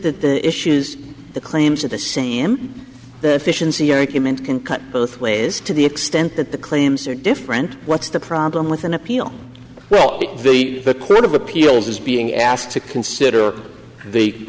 that the issues the claims of the cme fish and see argument can cut both ways to the extent that the claims are different what's the problem with an appeal well the clip of appeals is being asked to consider the